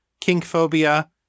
kinkphobia